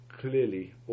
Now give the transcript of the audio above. clearly